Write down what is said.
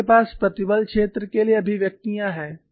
आपके पास प्रतिबल क्षेत्र के लिए अभिव्यक्तियाँ हैं